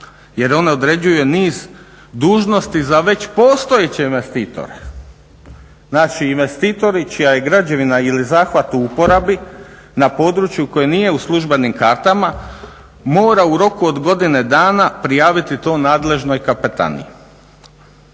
jer one određuju niz dužnosti za već postojeće investitore. Znači, investitori čija je građevina ili zahvat u uporabi na području koje nije u službenim kartama mora u roku od godine dana prijaviti to nadležnoj kapetaniji.